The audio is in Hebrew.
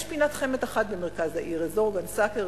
יש פינת חמד אחת במרכז העיר הזאת: גן סאקר,